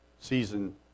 season